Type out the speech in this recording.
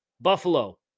Buffalo